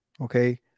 okay